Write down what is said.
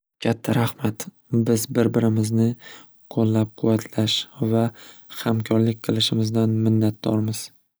Katta raxmat biz bir birimizni qo'llab quvvatlash va hamkorlik qilishimizdan minnatdormiz.